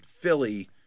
Philly